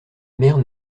mère